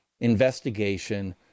investigation